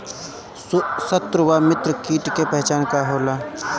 सत्रु व मित्र कीट के पहचान का होला?